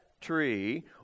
tree